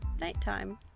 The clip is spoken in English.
nighttime